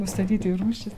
nustatyti rūšis